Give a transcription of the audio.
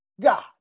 God